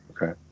Okay